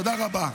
תודה רבה.